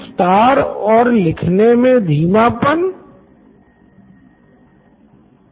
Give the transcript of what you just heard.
Siddharth Maturi CEO Knoin electronics तो school अध्यापकों से पाठ्यक्रम पूर्ण करने की आकांशा क्यो की जाती है